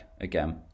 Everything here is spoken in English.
again